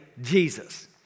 Jesus